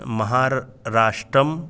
महाराष्ट्रम्